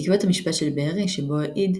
בעקבות המשפט של בארי, שבו העיד,